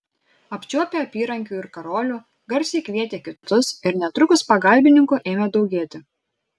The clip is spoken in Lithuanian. apčiuopę apyrankių ir karolių garsiai kvietė kitus ir netrukus pagalbininkų ėmė daugėti